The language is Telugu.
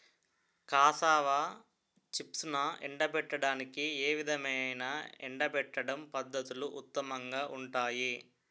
కాసావా చిప్స్ను ఎండబెట్టడానికి ఏ విధమైన ఎండబెట్టడం పద్ధతులు ఉత్తమంగా ఉంటాయి?